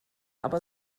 aber